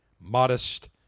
modest